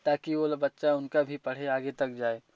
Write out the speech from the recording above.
ताकि वो वाला बच्चा उनका भी पढ़े आगे तक जाए